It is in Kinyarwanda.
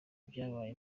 byabaye